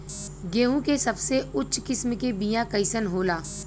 गेहूँ के सबसे उच्च किस्म के बीया कैसन होला?